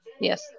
Yes